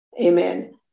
Amen